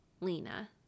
Lena